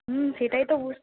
হুম সেটাই তো